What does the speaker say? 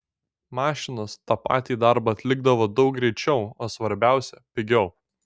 mašinos tą patį darbą atlikdavo daug greičiau o svarbiausia pigiau